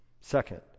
Second